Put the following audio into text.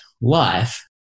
life